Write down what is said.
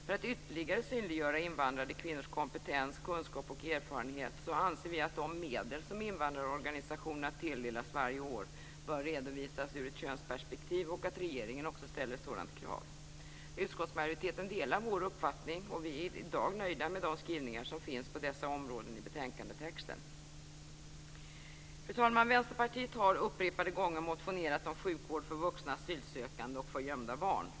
För att ytterligare synliggöra invandrade kvinnors kompetens, kunskap och erfarenhet anser vi att de medel som invandrarorganisationerna tilldelas varje år bör redovisas ur ett könsperpektiv och att regeringen också ställer ett sådant krav. Utskottsmajoriteten delar vår uppfattning och vi är i dag nöjda med de skrivningar som finns på dessa områden i betänkandetexten. Fru talman! Vänsterpartiet har upprepade gånger motionerat om sjukvård för vuxna asylsökande och för gömda barn.